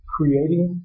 Creating